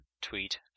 tweet